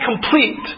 complete